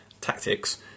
tactics